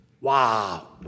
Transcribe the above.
wow